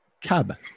cab